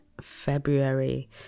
February